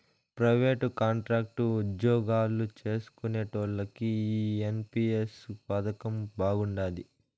private, contract ఉజ్జోగాలు చేస్కునేటోల్లకి ఈ ఎన్.పి.ఎస్ పదకం బాగుండాది